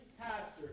pastor